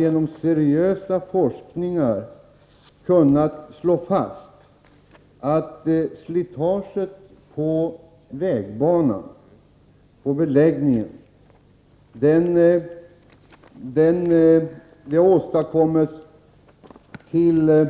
Genom seriösa forskningar har man kunnat slå fast att slitaget på vägbeläggningen till